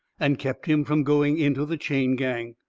and kept him from going into the chain-gang.